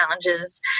challenges